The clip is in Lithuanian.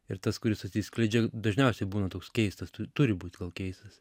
ir tas kuris atsiskleidžia dažniausiai būna toks keistas tu turi būt gal keistas